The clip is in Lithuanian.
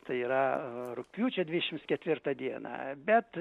tai yra rugpjūčio dvidešims ketvirtą dieną bet